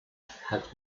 had